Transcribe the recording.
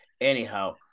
Anyhow